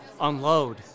unload